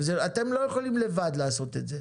אתם לא יכולים לבד לעשות את זה.